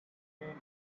been